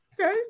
Okay